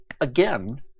again